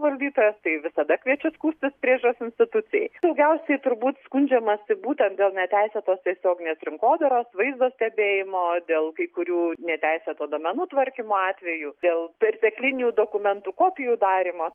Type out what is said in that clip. valdytojas tai visada kviečiu skųstis priežiūros institucijai daugiausiai turbūt skundžiamasi būtent dėl neteisėtos tiesioginės rinkodaros vaizdo stebėjimo dėl kai kurių neteisėto duomenų tvarkymo atvejų dėl perteklinių dokumentų kopijų darymo